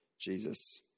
Jesus